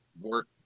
work